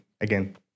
Again